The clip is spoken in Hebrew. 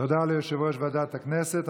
תודה ליושב-ראש ועדת הכנסת.